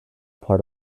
part